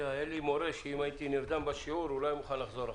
היה לי מורה שאם הייתי נרדם בשיעור הוא לא היה מוכן לחזור אחורה.